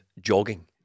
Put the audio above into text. jogging